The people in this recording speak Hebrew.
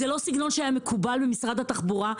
זה לא סגנון שהיה מקובל במשרד התחבורה.